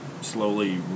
slowly